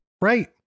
Right